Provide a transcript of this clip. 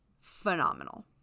phenomenal